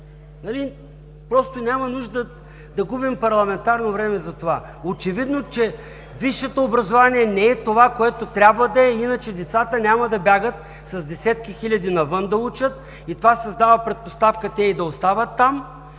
Просто няма нужда да губим парламентарно време за това. Очевидно е, че висшето образование не е това, което трябва да е, иначе децата няма да бягат с десетки хиляди навън да учат, и това създава предпоставка те и да остават там,